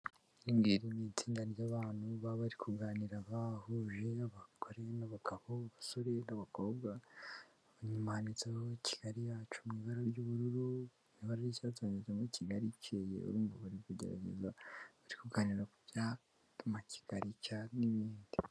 Iringiri ni itsinda ry'abantu, baba bari kuganira bahuje, abagore n'abagabo, abasore n'abakobwa, inyuma handitseho Kigali yacu mu ibara ry'ubururu, mu ibara ry'icyatsi handitsemo Kigali icyeye, urumva bari kugerageza kuganira ku cyatuma Kigali icya, n'ibindi.